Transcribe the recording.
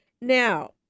Now